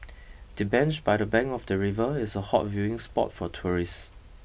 the bench by the bank of the river is a hot viewing spot for tourists